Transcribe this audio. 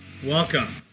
Welcome